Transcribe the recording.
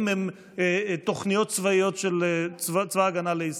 הם תוכניות צבאיות של צבא ההגנה לישראל.